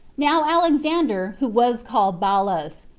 now alexander, who was called balas,